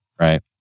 right